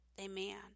Amen